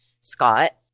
Scott